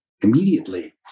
immediately